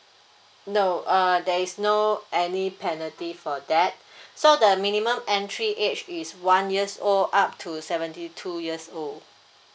no uh there is no any penalty for that so the minimum entry age is one years old up to seventy two years old